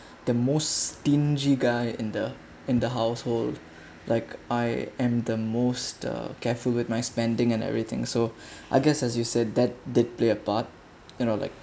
the most stingy guy in the in the household like I am the most uh careful with my spending and everything so I guess as you said that they play a part you know like